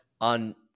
on